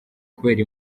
kubera